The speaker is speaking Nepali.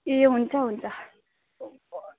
ए हुन्छ हुन्छ